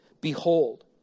Behold